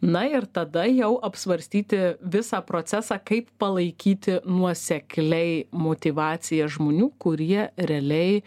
na ir tada jau apsvarstyti visą procesą kaip palaikyti nuosekliai motyvaciją žmonių kurie realiai